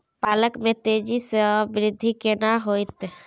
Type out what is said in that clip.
पालक में तेजी स वृद्धि केना होयत?